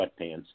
sweatpants